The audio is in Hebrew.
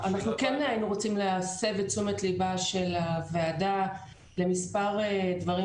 -- אבל אנחנו כן היינו רוצים להסב את תשומת ליבה של הוועדה למספר דברים